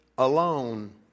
Alone